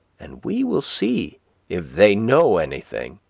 and we will see if they know anything.